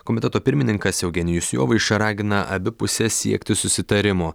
komiteto pirmininkas eugenijus jovaiša ragina abi puses siekti susitarimo